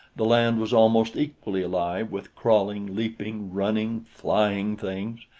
the land was almost equally alive with crawling, leaping, running, flying things.